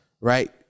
right